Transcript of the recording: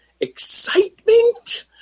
excitement